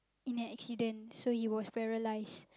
in an accident so he was paralysed